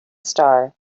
star